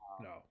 no